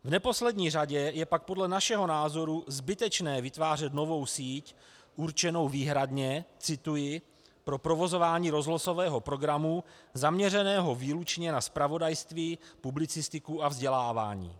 V neposlední řadě je pak podle našeho názoru zbytečné vytvářet novou síť určenou výhradně, cituji, pro provozování rozhlasového programu zaměřeného výlučně na zpravodajství, publicistiku a vzdělávání.